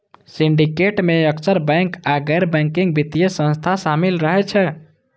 syndicate मे अक्सर bank आ गैर बैंकिंग वित्तीय संस्था शामिल रहै छै